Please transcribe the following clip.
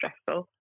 stressful